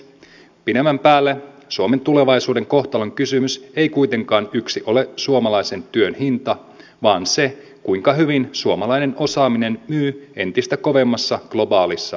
pidemmän päälle suomen tulevaisuuden kohtalonkysymys ei kuitenkaan ole yksin suomalaisen työn hinta vaan se kuinka hyvin suomalainen osaaminen myy entistä kovemmassa globaalissa kilpailussa